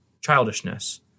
childishness